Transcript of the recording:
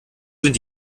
sind